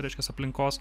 reiškias aplinkos